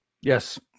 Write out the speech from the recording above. Yes